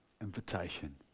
invitation